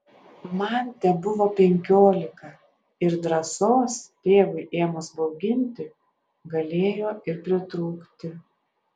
man tebuvo penkiolika ir drąsos tėvui ėmus bauginti galėjo ir pritrūkti